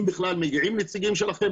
אם בכלל מגיעים נציגים שלכם,